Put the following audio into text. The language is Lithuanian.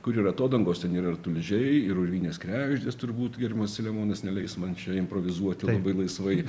kur yra atodangos ten yra ir tulžiai ir urvinės kregždės turbūt gerbiamas selemonas neleis man čia improvizuoti labai laisvai